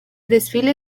desfile